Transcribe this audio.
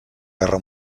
guerra